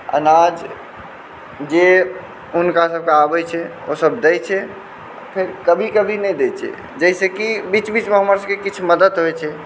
अनाज जे हुनकासबके आबै छै ओ सब दै छै फेर कभी कभी नहि दै छै जाहिसे कि बीच बीचमे हमर सबके किछु मदद होइ छै